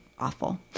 awful